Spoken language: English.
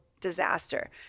disaster